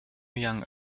young